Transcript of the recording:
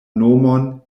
nomon